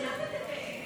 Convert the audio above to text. חבר הכנסת נאור שירי,